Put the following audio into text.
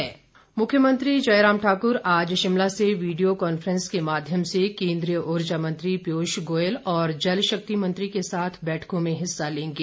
मुख्यमंत्री मुख्यमंत्री जयराम ठाक्र आज शिमला से वीडियो कांफ्रैंस के माध्यम से केन्द्रीय उर्जा मंत्री पीयूष गोयल और जल शक्ति मंत्री के साथ बैठकों में हिस्सा लेंगे